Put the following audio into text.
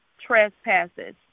trespasses